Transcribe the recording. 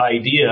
idea